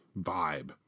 vibe